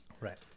Right